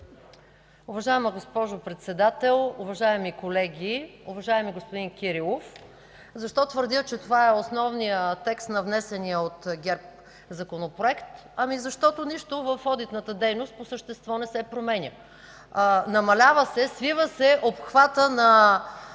Уважаема госпожо Председател, уважаеми колеги! Уважаеми господин Кирилов, защо твърдя, че това е основният текст на внесения от ГЕРБ законопроект? Защото нищо в одитната дейност по същество не се променя. Намалява се, свива се обхвата на